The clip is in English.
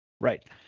Right